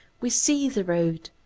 we see the road,